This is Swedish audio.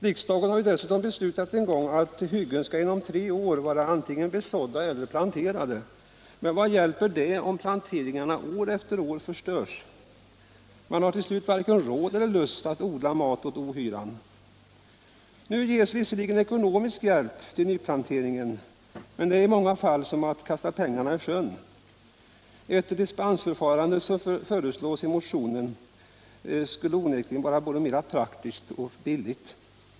Riksdagen har dessutom beslutat att hyggen skall inom tre år vara antingen besådda eller planterade. Men vad hjälper det, om planteringarna år efter år förstörs? Man har till slut varken råd eller lust att odla ”mat åt ohyran”. Nu ges visserligen ekonomisk hjälp till nyplanteringar, men det är i många fall som att ”kasta pengarna i sjön”. Ett dispensförfarande, som föreslås i motionen, skulle onekligen vara både praktiskt och billigt.